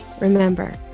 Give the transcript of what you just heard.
remember